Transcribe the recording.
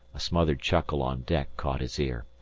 a smothered chuckle on deck caught his ear.